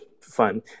fun